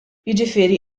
jiġifieri